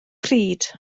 pryd